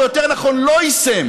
או יותר נכון לא יישם,